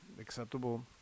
acceptable